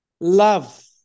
love